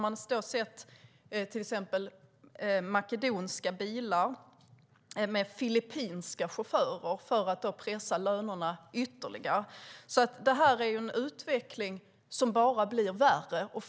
Man använder till exempel makedoniska bilar med filippinska chaufförer för att pressa lönerna ytterligare. Detta är en utveckling som bara blir värre.